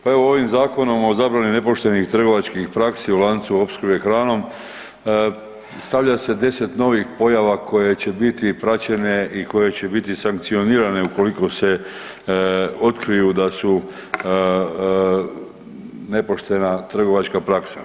Pa evo ovim Zakonom o zabrani nepoštenih trgovačkih praksi u lancu opskrbe hranom stavlja se 10 novih pojava koje će biti praćene i koje će biti sankcionirane ukoliko se otkriju da su nepoštena trgovačka praksa.